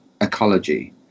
ecology